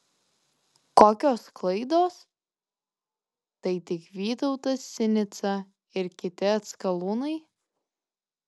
kokios klaidos tai tik vytautas sinica ir kiti atskalūnai